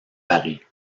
paris